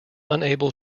unable